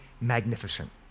magnificent